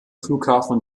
flughafen